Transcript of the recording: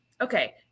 okay